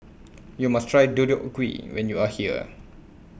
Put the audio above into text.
YOU must Try Deodeok Gui when YOU Are here